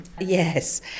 yes